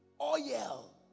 oil